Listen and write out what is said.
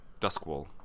Duskwall